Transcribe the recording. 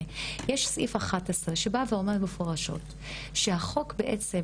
יש בחוק הזה את סעיף 11 שבא ואומר מפורשות שהחוק בעצם,